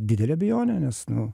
didelė abejonė nes nu